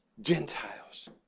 Gentiles